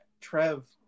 Trev